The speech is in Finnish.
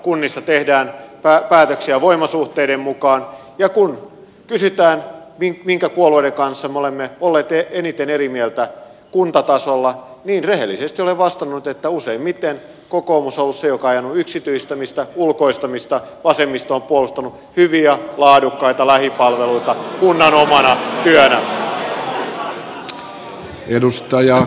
kunnissa tehdään päätöksiä voimasuhteiden mukaan ja kun kysytään minkä puolueiden kanssa me olemme olleet eniten eri mieltä kuntatasolla niin rehellisesti olen vastannut että useimmiten kokoomus on ollut se joka on ajanut yksityistämistä ulkoistamista vasemmisto on puolustanut hyviä laadukkaita lähipalveluita kunnan omana työnä